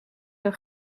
een